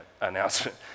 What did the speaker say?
announcement